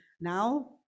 Now